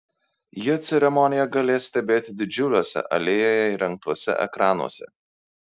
jie ceremoniją galės stebėti didžiuliuose alėjoje įrengtuose ekranuose